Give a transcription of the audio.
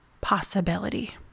possibility